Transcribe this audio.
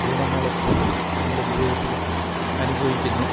ഗുണങ്ങള് നമ്മുടെ ജീവിതത്തില് അനുഭവിക്കുന്നു